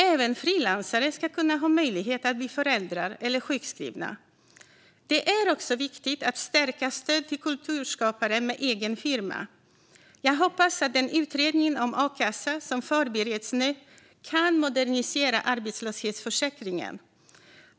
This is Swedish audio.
Även frilansare ska ha möjlighet att bli föräldrar eller sjukskrivna. Det är också viktigt att stärka stödet till kulturskapare med egen firma. Jag hoppas att den utredning om a-kassa som förbereds nu kan modernisera arbetslöshetsförsäkringen.